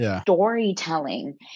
storytelling